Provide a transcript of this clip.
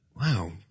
Wow